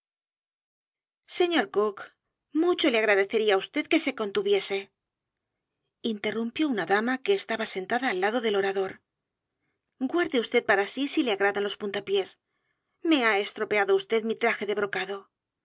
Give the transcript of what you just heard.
señor kock mucho le agradecería á vd que se contuviese interrumpió una dama que estaba sentada al lado del orador guarde vd para sí si le edgar poe novelas y cuentos agradan los puntapiés me ha estropeado vd mi traje de brocado